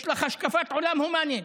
יש לך השקפת עולם הומנית.